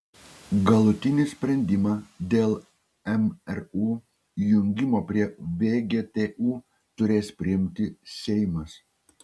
galutinį sprendimą dėl mru jungimo prie vgtu turės priimti seimas